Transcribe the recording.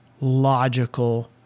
logical